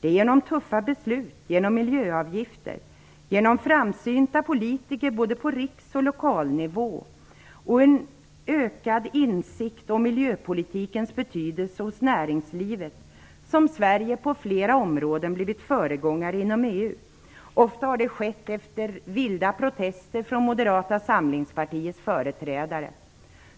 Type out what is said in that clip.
Det är genom tuffa beslut, genom miljöavgifter, genom framsynta politiker på både lokal och riksnivå och en ökad insikt om miljöpolitikens betydelse hos näringslivet som Sverige på flera områden blivit föregångare inom EU. Ofta har det skett efter vilda protester från Moderata samlingspartiets företrädare.